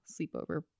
sleepover